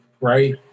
right